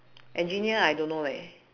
engineer I don't know leh